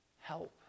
help